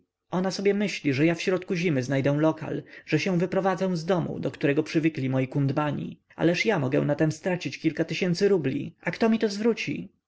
ona sobie myśli że ja w środku zimy znajdę lokal że się wyprowadzę z domu do którego przywykli moi kundmani ależ ja mogę na tem stracić kilka tysięcy rubli a kto mi to zwróci